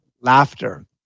laughter